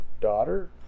daughter